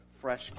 Fresh